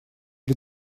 для